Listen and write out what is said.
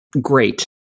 great